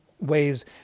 ways